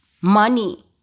money